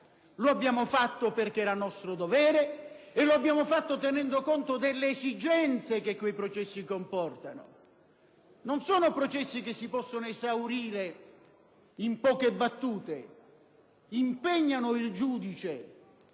Lo abbiamo fatto perché era nostro dovere e lo abbiamo fatto tenendo conto delle esigenze che quei processi comportano. Non sono processi che si possono esaurire in poche battute: impegnano il giudice